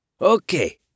Okay